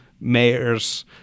mayors